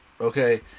okay